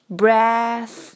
breath，